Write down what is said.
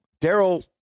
Daryl